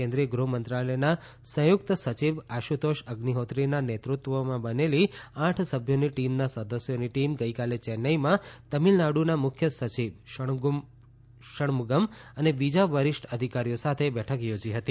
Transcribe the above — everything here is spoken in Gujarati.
કેન્દ્રિય ગૃહમંત્રાલયના સંયુક્ત સચિવ આશુતોષ અઝ્નિહોત્રીના નેતૃત્વમાં બનેલી આઠ સભ્યોની ટીમના સદસ્યોની ટીમ ગઈકાલે ચેન્નાઈમાં તમિલનાડુના મુખ્ય સચિવ ષણમુગમ અને બીજા વરિષ્ઠ અધિકારો સાથે બેઠક યોજી હતી